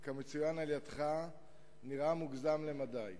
כמצוין על-ידך נראה מוגזם למדי.